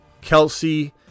Kelsey